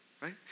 right